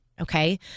Okay